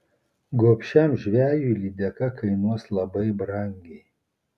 gobšiam žvejui lydeka kainuos labai brangiai